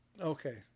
Okay